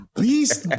beast